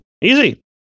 Easy